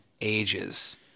ages